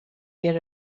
get